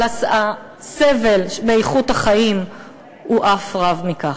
אבל הסבל באיכות החיים הוא אף רב מכך.